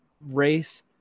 race